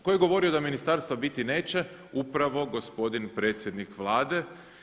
Ko je govorio da ministarstva biti neće, upravo gospodin predsjednik Vlade.